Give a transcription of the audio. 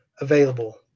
available